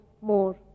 more